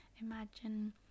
Imagine